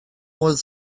was